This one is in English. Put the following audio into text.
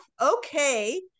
okay